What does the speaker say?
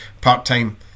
part-time